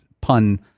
pun